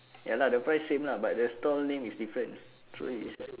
ya lah the price same lah but the stall name is different so it's